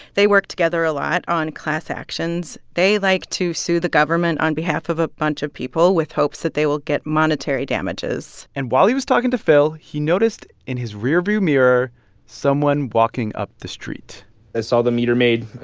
they work together a lot on class actions. they like to sue the government on behalf of a bunch of people with hopes that they will get monetary damages and while he was talking to phil, he noticed in his rearview mirror someone walking up the street i saw the meter maid,